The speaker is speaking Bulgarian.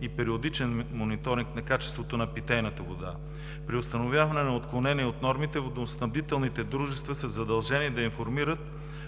и периодичен мониторинг на качеството на питейната вода. При установяване на отклонение от нормите водоснабдителните дружества са задължени да информират